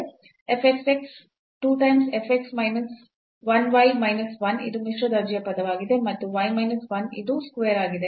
f xx 2 times f x minus 1 y minus 1 ಇದು ಮಿಶ್ರ ದರ್ಜೆಯ ಪದವಾಗಿದೆ ಮತ್ತು y minus 1 ಇದು square ಆಗಿದೆ